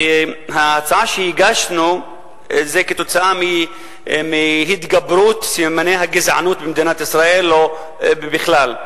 ההצעה שהגשנו היא כתוצאה מהתגברות סממני הגזענות במדינת ישראל או בכלל.